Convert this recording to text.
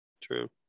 True